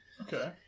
Okay